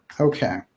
Okay